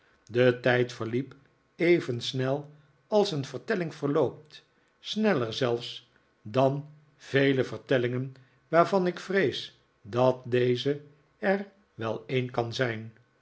de tijd verliep even snel als een vertelling verloopt sneller zelfs dan vele vertellingen waarvan ik vrees dat deze er wel een kan zijn